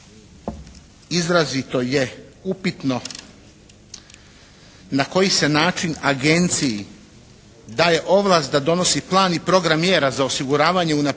izrazito je upitno na koji se način agenciji daje ovlast da donosi plan i program mjera za osiguravanje, unapređenje